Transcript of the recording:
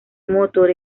motor